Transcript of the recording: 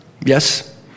Yes